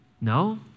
No